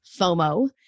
FOMO